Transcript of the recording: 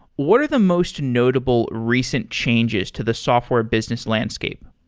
what are the most notable recent changes to the software business landscape?